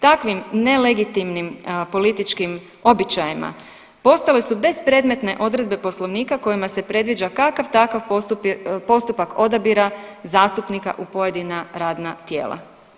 Takvim nelegitimnim političkim običajima postale su bespredmetne odredbe Poslovnika kojima se predviđa kakav takav postupak odabira zastupnika u pojedina radna tijela.